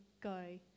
go